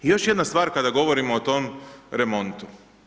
I još jedna stvar kada govorimo o tom remontu.